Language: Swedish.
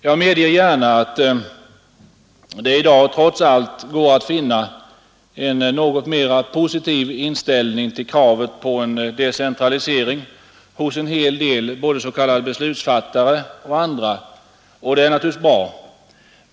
Jag medger gärna att det i dag trots allt går att finna en något mera positiv inställning till kravet på en decentralisering hos en hel del både s.k. beslutsfattare och andra, och det är naturligtvis bra.